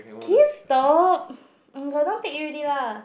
can you stop don't take already lah